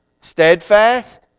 Steadfast